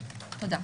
תודה.